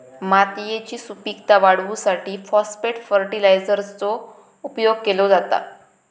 मातयेची सुपीकता वाढवूसाठी फाॅस्फेट फर्टीलायझरचो उपयोग केलो जाता